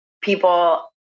people